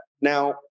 now